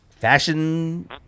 fashion